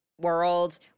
world